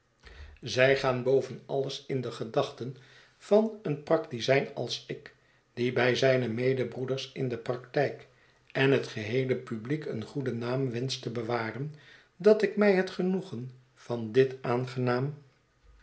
zij gaan boven alles in de gedachten van een praktizijn als ik die bij zijne medebroeders in de praktijk en het geheele publiek een goeden naam wenscht te bewaren dat ik mij het genoegen van dit aangenaam